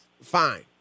fine